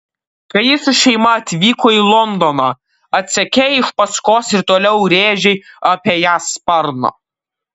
kai ji su šeima atvyko į londoną atsekei iš paskos ir toliau rėžei apie ją sparną